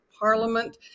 parliament